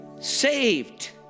saved